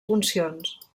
funcions